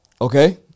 Okay